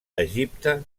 egipte